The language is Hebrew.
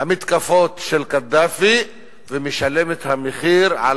המתקפות של קדאפי ומשלם את המחיר על